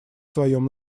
своем